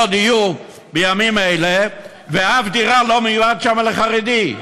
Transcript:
דיור בימים אלה ואף דירה לא מיועדת שם לחרדי.